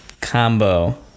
combo